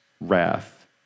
Wrath